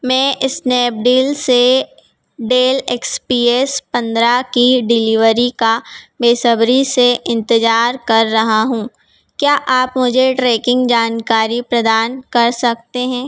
मैं स्नैपडील से Dell X P S पंद्रह की डिलीवरी का बेसब्री से इंतज़ार कर रहा हूँ क्या आप मुझे ट्रैकिंग जानकारी प्रदान कर सकते हैं